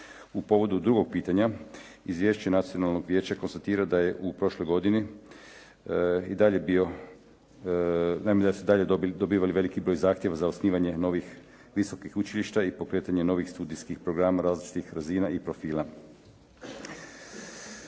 U povodu drugog pitanja izvješće Nacionalnog vijeća konstatira da je u prošloj godini i dalje bio, naime da su se i dalje dobivali veliki broj zahtjeva za osnivanje novih visokih učilišta i pokretanje novih studijskih programa različitih razina i profila.